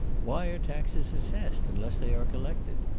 why are taxes assessed unless they are collected?